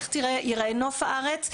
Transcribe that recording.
איך יראה נוף הארץ,